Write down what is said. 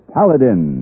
Paladin